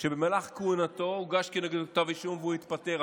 שבמהלך כהונתו הוגש כנגדו כתב אישום והוא התפטר,